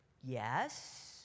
yes